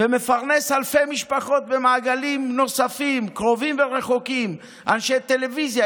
מפרנס אלפי משפחות במעגלים נוספים קרובים ורחוקים: אנשי טלוויזיה,